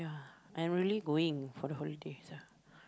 I'm really going for the holidays ah